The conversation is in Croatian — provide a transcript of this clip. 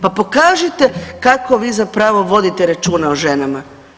Pa pokažite kako bi zapravo vodite računa o ženama.